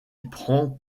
prends